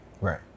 right